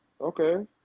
Okay